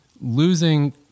losing